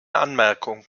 anmerkung